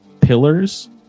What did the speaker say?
pillars